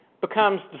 becomes